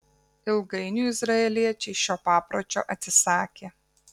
ilgainiui izraeliečiai šio papročio atsisakė